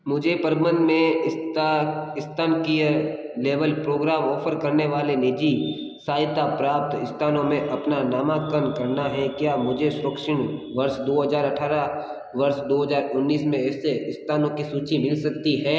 मुझे प्रबंध में इस्ता स्थानिकीय लेवल प्रोग्राम ओफ़र करने वाले निजी सहायता प्राप्त स्थानों में अपना नामांकन करना है क्या मुझे शैक्षणिक वर्ष दो हज़ार अठरह वर्ष दो हज़ार उन्नीस में ऐसे स्थानों की सूची मिल सकती है